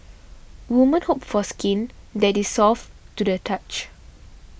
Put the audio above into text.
women hope for skin that is soft to the touch